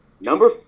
Number